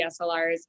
DSLRs